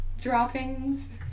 droppings